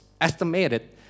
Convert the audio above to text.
estimated